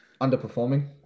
Underperforming